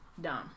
dumb